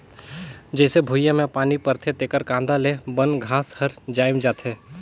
जईसे भुइयां में पानी परथे तेकर कांदा ले बन घास हर जायम जाथे